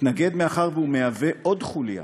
אתנגד מאחר שהוא מהווה עוד חוליה